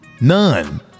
None